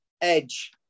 Edge